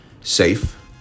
safe